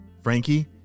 Frankie